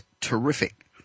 terrific